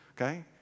okay